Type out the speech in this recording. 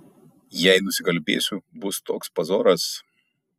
jei nusikalbėsiu bus toks pazoras